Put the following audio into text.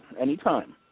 Anytime